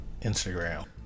Instagram